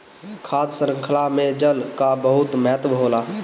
खाद्य शृंखला में जल कअ बहुत महत्व होला